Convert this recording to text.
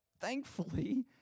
thankfully